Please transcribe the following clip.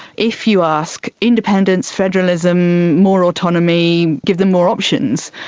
if you ask independence, federalism, more autonomy', give them more options,